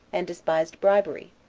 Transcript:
and despised bribery,